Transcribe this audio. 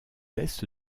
est